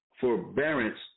forbearance